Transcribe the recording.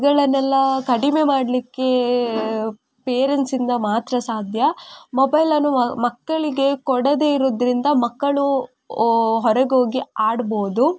ಇವುಗಳನ್ನೆಲ್ಲ ಕಡಿಮೆ ಮಾಡಲಿಕ್ಕೆ ಪೇರೆಂಟ್ಸಿಂದ ಮಾತ್ರ ಸಾಧ್ಯ ಮೊಬೈಲನ್ನು ಮಕ್ಕಳಿಗೆ ಕೊಡದೇ ಇರುವುದ್ರಿಂದ ಮಕ್ಕಳು ಹೊರಗೋಗಿ ಆಡ್ಬೋದು